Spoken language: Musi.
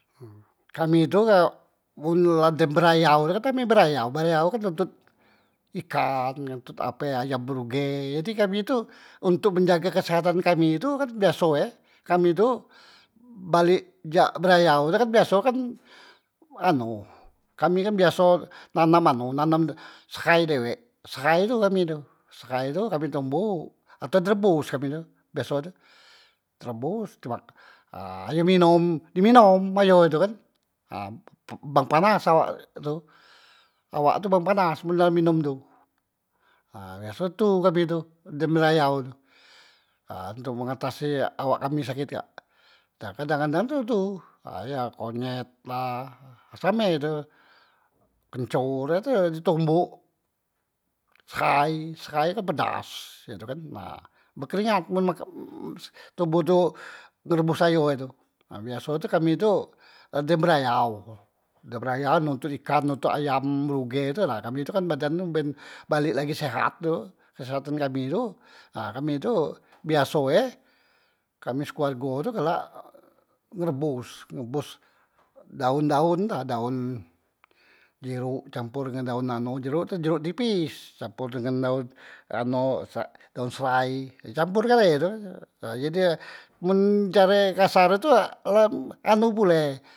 kami tu men la dem berayau tu kan, kami berayau, berayau kan notot ikan kan notot ape ayam bruge, jadi kami tu untok menjaga kesehatan kami tu kan biasoe kami tu balek jak berayau tu kan biaso kan anu kami kan biaso nanam anu nanam sehai dewek, sehai tu kami tu, sehai tu kami tombok atau rebos kami tu biaso tu, di rebos di mak ayo minum, di minom ayo nyo tu kan ha bepanas awak tu, awak tu bepanas men la minum tu, ha biaso tu kami tu dem berayau tu ha ntok mengatasi awak kami sakit kak, na kadang- kadang tu tuh ha konyet la, same tu kencor, ha tu di tombok, sehai, sehai kan pedas ye tu kan bekeringat men mak toboh tu berebos ayo e tu, nah biaso tu kami tu la dem berayau dem berayau notot ikan notot ayam bruge tu nah, kami tu kan badan tu mben balek lagi sehat, kesehatan kami tu ha kami tu biaso e kami sekluargo tu galak ngerebos, ngrebos daon- daon tu la daon jerok campor dengan daon anu, jerok tu jerok nipis campor dengan daon anu daon sehai campor gale he tu kan he jadi, men care kasar e tu la anu pule.